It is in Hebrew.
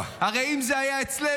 הרי אם זה היה אצלנו,